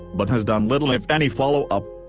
but has done little if any follow up.